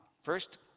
First